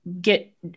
get